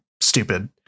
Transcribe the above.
stupid